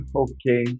okay